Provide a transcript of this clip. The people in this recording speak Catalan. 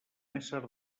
ésser